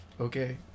okay